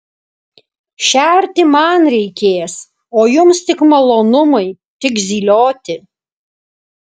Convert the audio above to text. šerti man reikės o jums tik malonumai tik zylioti